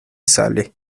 sale